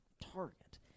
target